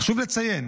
חשוב לציין